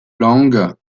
langues